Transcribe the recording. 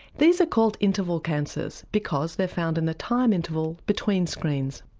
these are called interval cancers because they're found in the time interval between screens.